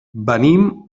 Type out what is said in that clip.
venim